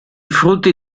frutti